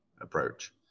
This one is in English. approach